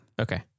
Okay